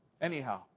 anyhow